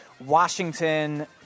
Washington